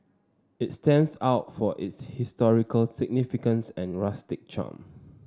it stands out for its historical significance and rustic charm